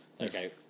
Okay